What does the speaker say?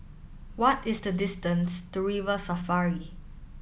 what is the distance to River Safari